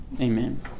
amen